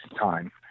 time